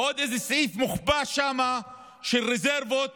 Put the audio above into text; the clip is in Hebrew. ועוד איזה סעיף מוחבא שם של רזרבות